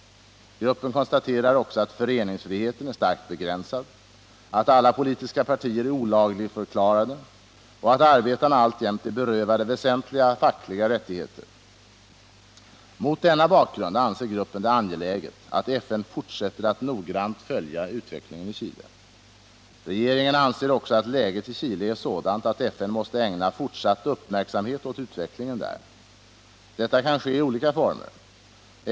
Gruppen konstaterar också att föreningsfriheten är starkt begränsad, att alla politiska partier är olagligförklarade och att arbetarna alltjämt är berövade väsentliga fackliga rättigheter. Mot denna bakgrund anser gruppen det angeläget att FN fortsätter att noggrant följa utvecklingen i Chile. Regeringen anser också att läget i Chile är sådant att FN måste ägna fortsatt uppmärksamhet åt utvecklingen där. Detta kan ske i olika former.